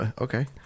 Okay